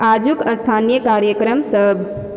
आजुक स्थानीय कार्यक्रम सभ